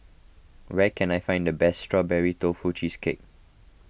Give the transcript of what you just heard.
where can I find the best Strawberry Tofu Cheesecake